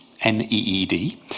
N-E-E-D